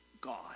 God